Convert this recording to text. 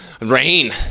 Rain